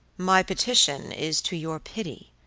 my petition is to your pity,